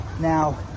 Now